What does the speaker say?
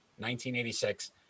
1986